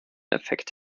effekt